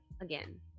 again